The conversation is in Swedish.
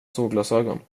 solglasögon